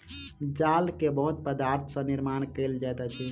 जाल के बहुत पदार्थ सॅ निर्माण कयल जाइत अछि